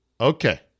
Okay